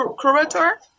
curator